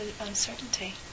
uncertainty